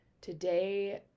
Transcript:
Today